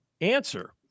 answer